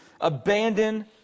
abandon